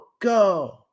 go